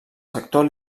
sector